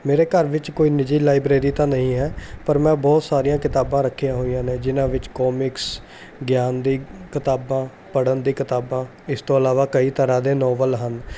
ਮੇਰੇ ਘਰ ਵਿੱਚ ਕੋਈ ਨਿੱਜੀ ਲਾਈਬ੍ਰੇਰੀ ਤਾਂ ਨਹੀਂ ਹੈ ਪਰ ਮੈਂ ਬਹੁਤ ਸਾਰੀਆਂ ਕਿਤਾਬਾਂ ਰੱਖੀਆਂ ਹੋਈਆਂ ਨੇ ਜਿਨਾਂ ਵਿੱਚ ਕੌਮਿਕਸ ਗਿਆਨ ਦੀ ਕਿਤਾਬਾਂ ਪੜ੍ਹਨ ਦੀ ਕਿਤਾਬਾਂ ਇਸ ਤੋਂ ਇਲਾਵਾ ਕਈ ਤਰ੍ਹਾਂ ਦੇ ਨੋਵਲ ਹਨ